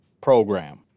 program